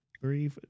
three